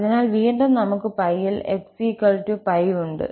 അതിനാൽ വീണ്ടും നമുക്ക് 𝜋ൽ 𝑥 𝜋 ഉണ്ട്